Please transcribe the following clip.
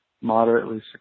moderately